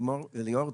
וגם ליאור,